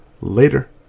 Later